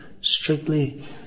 strictly